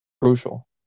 crucial